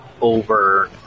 over